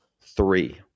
three